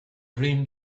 dream